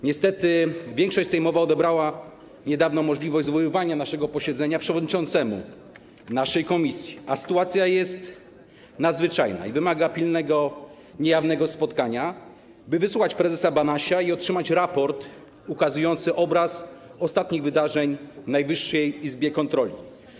Niestety, większość sejmowa odebrała niedawno możliwość zwoływania posiedzenia przewodniczącemu naszej komisji, a sytuacja jest nadzwyczajna i wymaga pilnego, niejawnego spotkania, by wysłuchać prezesa Banasia i otrzymać raport ukazujący obraz ostatnich wydarzeń w Najwyższej Izbie Kontroli.